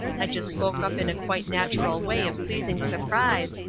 i just spoke up in a quite natural way of pleased surprise,